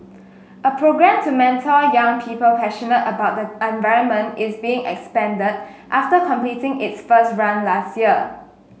a programme to mentor young people passionate about the environment is being expanded after completing its first run last year